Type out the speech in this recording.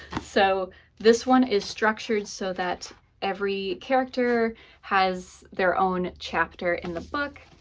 so this one is structured so that every character has their own chapter in the book,